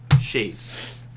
Shades